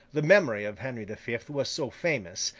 the memory of henry the fifth was so famous,